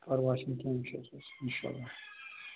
پرواے چھُنہٕ کیٚنٛہہ وُچھہوس اِنشااللہ